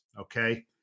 Okay